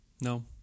No